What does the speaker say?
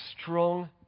strong